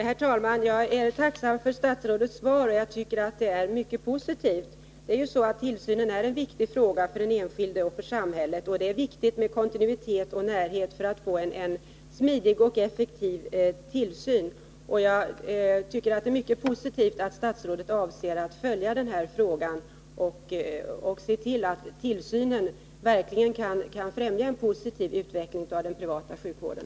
Herr talman! Jag är tacksam för statsrådets svar, och jag tycker det är mycket positivt. Tillsynen är en viktig fråga för den enskilde och för samhället, och det är viktigt med kontinuitet och närhet för att få en smidig och effektiv tillsyn. Det är mycket bra att statsrådet avser att följa den här frågan och se till att tillsynen verkligen kan främja en positiv utveckling av den privata sjukvården.